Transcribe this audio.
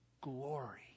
Glory